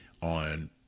on